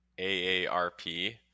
AARP